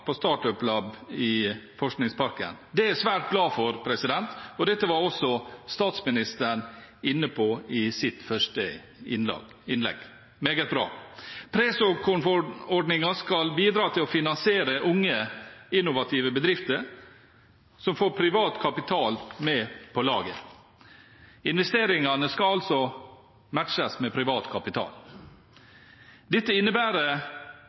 på StartupLab i Forskningsparken. Det er jeg svært glad for, og dette var også statsministeren inne på i sitt første innlegg. Meget bra! Presåkornfondordningen skal bidra til å finansiere unge, innovative bedrifter som får privat kapital med på laget. Investeringene skal altså matches med privat kapital. Dette innebærer